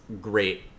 great